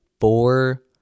four